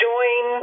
Join